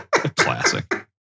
classic